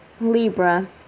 Libra